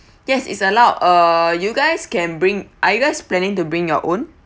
yes is allowed uh you guys can bring are you guys planning to bring your own